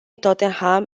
tottenham